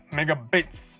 megabits